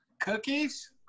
Cookies